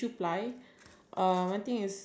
egg and then you put the second one